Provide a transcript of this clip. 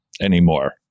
anymore